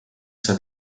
saab